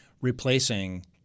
replacing